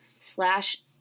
slash